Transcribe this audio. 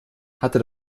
hatte